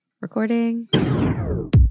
recording